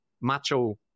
macho